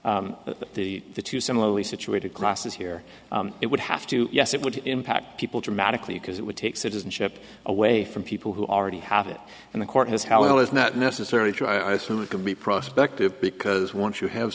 equalize the the two similarly situated crosses here it would have to yes it would impact people dramatically because it would take citizenship away from people who already have it and the court has held is not necessary to i assume it can be prospect of because once you have